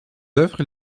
œuvres